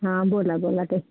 हां बोला बोला तर